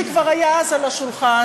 שכבר היה אז על השולחן,